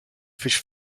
fish